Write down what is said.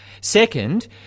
Second